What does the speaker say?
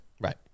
Right